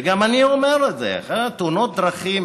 וגם אני אומר את זה: תאונות דרכים,